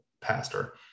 pastor